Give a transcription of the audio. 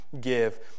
give